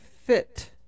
Fit